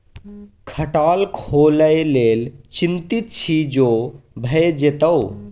खटाल खोलय लेल चितिंत छी जो भए जेतौ